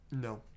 no